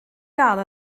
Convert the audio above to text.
gael